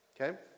Okay